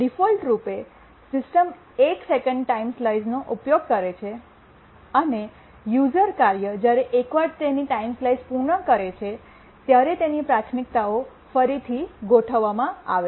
default રૂપે system એક second time સ્લાઈસનો ઉપયોગ કરે છે અને યૂઝર કાર્ય જ્યારે એકવાર તેમની ટાઈમ સ્લાઈસ પૂર્ણ કરે છે ત્યારે તેમની પ્રાથમિકતાઓ ફરીથી ગોઠવવામાં આવે છે